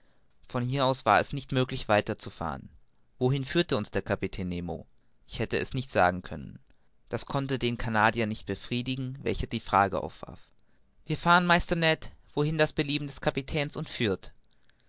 von hier aus war es nicht möglich weiter zu fahren wohin führte uns der kapitän nemo ich hätte es nicht sagen können das konnte den canadier nicht befriedigen welcher die frage aufwarf wir fahren meister ned wohin das belieben des kapitäns uns führt